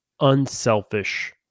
unselfish